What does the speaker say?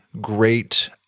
great